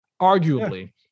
arguably